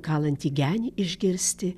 kalantį genį išgirsti